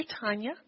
Tanya